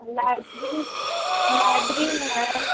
latrine latrine है